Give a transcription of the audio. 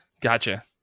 Gotcha